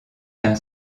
d’un